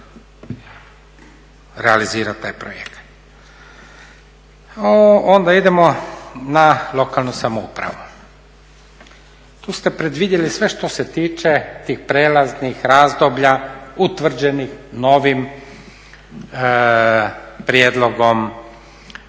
realizirati taj projekat. Onda idemo na lokalnu samoupravu, tu ste predvidjeli sve što se tiče tih prijelaznih razdoblja utvrđenih novim prijedlogom